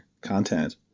content